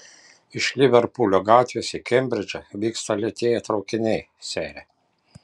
iš liverpulio gatvės į kembridžą vyksta lėtieji traukiniai sere